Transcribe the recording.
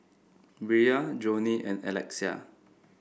Bria Johney and Alexia